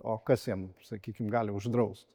o kas jiem sakykim gali uždraust